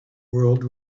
world